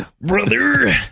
brother